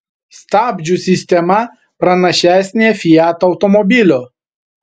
stabdžių sistema pranašesnė fiat automobilio